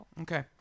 Okay